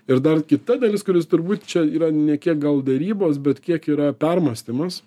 ir dar kita dalis kuris turbūt čia yra ne kiek gal derybos bet kiek yra permąstymas